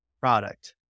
product